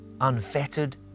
unfettered